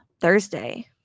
Thursday